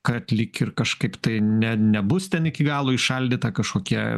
kad lyg ir kažkaip tai ne nebus ten iki galo įšaldyta kažkokie